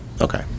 Okay